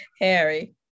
Harry